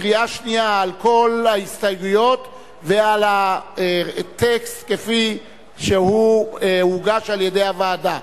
בקריאה שנייה על כל ההסתייגויות ועל הטקסט כפי שהוא הוגש על-ידי הוועדה,